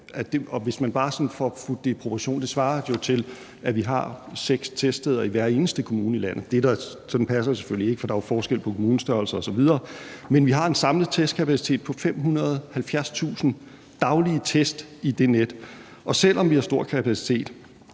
bare for at få lidt proportioner med svarer det til, at vi har seks teststeder i hver eneste kommune i landet. Det passer selvfølgelig ikke, for der er forskel på kommunestørrelser osv., men vi har en samlet testkapacitet på 570.000 daglige test i det net. Selv om vi har stor kapacitet,